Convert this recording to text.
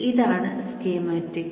ഇതാണ് സ്കീമാറ്റിക്